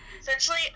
Essentially